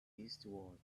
eastward